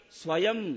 Swayam